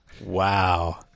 wow